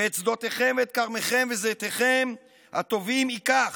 ואת שדותיכם ואת כרמיכם וזיתיכם הטובים יקח